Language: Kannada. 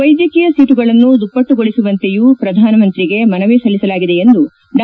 ವೈದ್ಯಕೀಯ ಸೀಟುಗಳನ್ನು ದುಪ್ಪಟ್ಟುಗೊಳಿಸುವಂತೆಯೂ ಪ್ರಧಾನಿಗೆ ಮನವಿ ಸಲ್ಲಿಸಲಾಗಿದೆ ಎಂದು ಡಾ